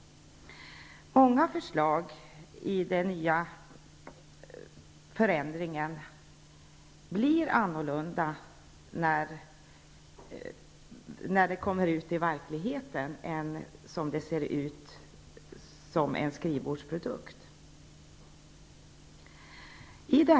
Det är många förslag som ingår i denna systemförändring och som blir annorlunda när de skall förverkligas än vad det såg ut som när de var skrivbordsprodukter.